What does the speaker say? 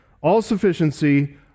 all-sufficiency